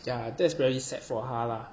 yeah that's very sad for 他 lah